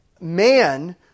man